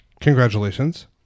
Congratulations